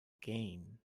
gain